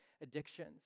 addictions